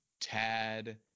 Tad